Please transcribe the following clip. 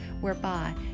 whereby